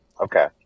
Okay